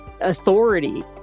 authority